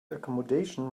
accommodation